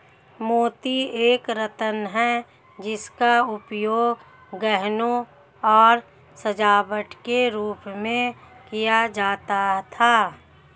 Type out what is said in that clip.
मोती एक रत्न है जिसका उपयोग गहनों और सजावट के रूप में किया जाता था